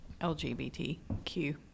LGBTQ